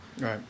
right